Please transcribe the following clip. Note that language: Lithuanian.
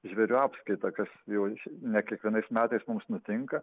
žvėrių apskaitą kas jau ne kiekvienais metais mums nutinka